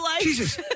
Jesus